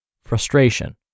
frustration